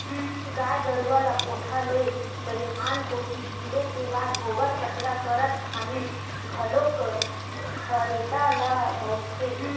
गाय गरुवा ल कोठा ले दईहान कोती ढिले के बाद गोबर कचरा करत खानी घलोक खरेटा ल बउरथे